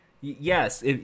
Yes